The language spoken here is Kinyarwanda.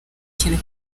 kintu